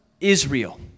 Israel